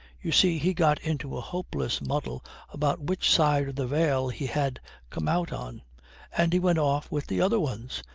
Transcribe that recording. you see he got into a hopeless muddle about which side of the veil he had come out on and he went off with the other ones,